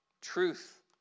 truth